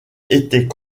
était